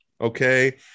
Okay